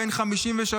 בן 53,